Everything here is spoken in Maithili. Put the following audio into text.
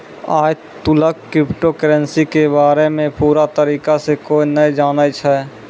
आय तलुक क्रिप्टो करेंसी के बारे मे पूरा तरीका से कोय नै जानै छै